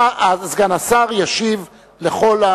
סגן השר ישיב לכל,